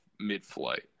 mid-flight